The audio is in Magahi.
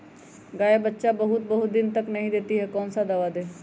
गाय बच्चा बहुत बहुत दिन तक नहीं देती कौन सा दवा दे?